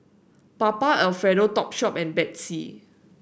Papa Alfredo Topshop and Betsy